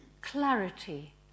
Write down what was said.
clarity